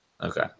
Okay